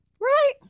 Right